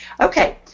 Okay